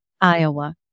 Iowa